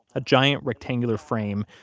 a giant rectangular frame,